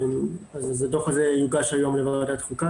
הדו"ח הזה יוגש היום לוועדת חוקה